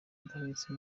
idahwitse